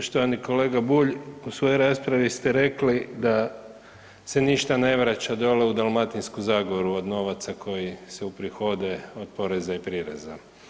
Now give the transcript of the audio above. Poštovani kolega Bulj, u svojoj raspravi ste rekli da se ništa ne vraća dole u Dalmatinsku zagoru od novaca koji se uprihode od poreza i prireza.